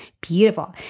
beautiful